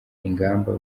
ingamba